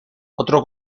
otro